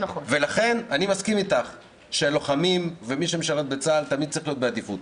אני מסכים איתך שלוחמים ואלו שמשרתים בצה"ל תמיד צריכים להיות בעדיפות,